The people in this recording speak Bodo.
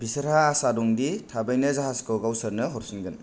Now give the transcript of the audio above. बिसोरहा आसा दं दि थाबैनो जाहाजखौ गावसोरनो हरफिनगोन